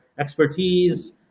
expertise